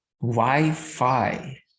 Wi-Fi